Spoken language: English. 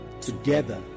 Together